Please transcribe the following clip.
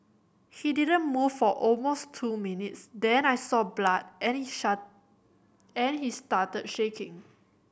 he didn't move for almost two minutes then I saw blood and shake and he started shaking